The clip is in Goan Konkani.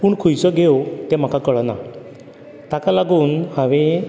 पूण खंयचो घेवं तें म्हाका कळना ताका लागून हांवें